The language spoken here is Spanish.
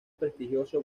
prestigioso